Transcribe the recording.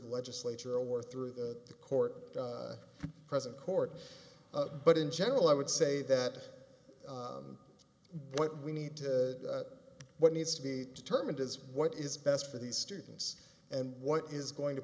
the legislature or through the the court present court but in general i would say that what we need to that what needs to be determined is what is best for these students and what is going to